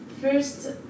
First